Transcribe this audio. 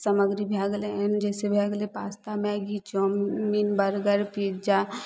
सामग्री भए गेलय जैसे भए गेलय pasta Maggi chowmein burger pizza